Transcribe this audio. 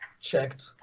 checked